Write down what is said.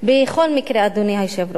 בכל מקרה, אדוני היושב-ראש,